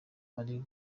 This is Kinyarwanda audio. ari